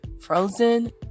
frozen